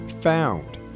found